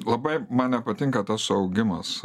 labai man nepatinka tas augimas